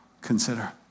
consider